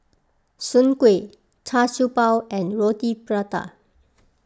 Soon Kueh Char Siew Bao and Roti Prata